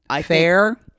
Fair